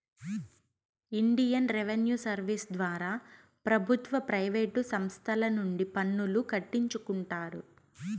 Indian revenue service ద్వారా ప్రభుత్వ private సంస్తల నుండి పన్నులు కట్టించుకుంటారు